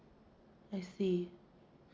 I see